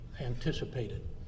anticipated